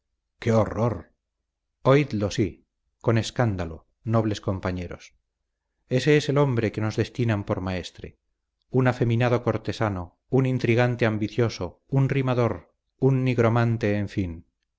qué horror oídlo sí con escándalo nobles compañeros ése es el hombre que nos destinan por maestre un afeminado cortesano un intrigante ambicioso un rimador un nigromante en fin